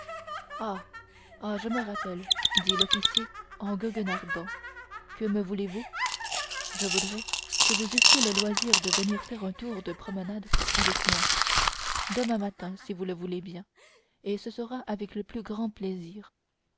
ah je me rappelle dit l'officier en goguenardant que me voulez-vous je voudrais que vous eussiez le loisir de venir faire un tour de promenade avec moi demain matin si vous le voulez bien et ce sera avec le plus grand plaisir